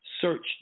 search